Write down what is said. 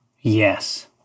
Yes